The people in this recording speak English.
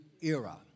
era